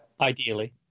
ideally